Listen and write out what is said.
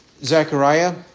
Zechariah